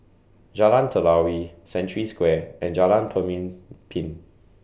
Jalan Telawi Century Square and Jalan Pemimpin